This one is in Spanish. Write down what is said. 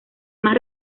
más